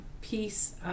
piece